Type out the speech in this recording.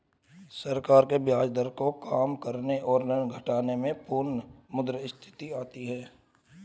सरकार के द्वारा ब्याज दर को काम करने और ऋण घटाने से पुनःमुद्रस्फीति आती है